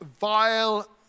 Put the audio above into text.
vile